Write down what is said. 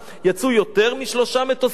יצאו יותר משלושה מטוסים?